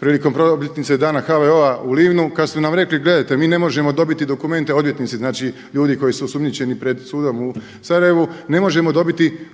prilikom obljetnice Dana HVO-a u Livnu, kad su nam rekli gledajte mi ne možemo dobiti dokumente odvjetnici, znači ljudi koji su osumnjičeni pred sudom u Sarajevu, ne možemo dobiti